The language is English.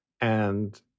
And-